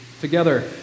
Together